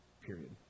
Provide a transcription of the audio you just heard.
period